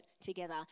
together